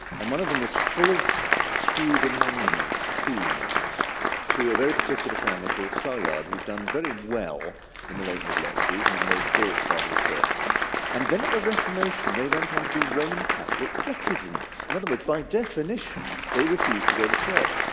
and one of them was full of monuments, tombs to a very particular family called salyard who done very well in the late middle ages. and then they'd built part of the church and then at the reformation they went on to be roman catholic recusants. in other words by definition they refused to go to church,